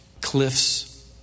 cliffs